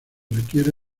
requiere